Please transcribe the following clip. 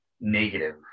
negative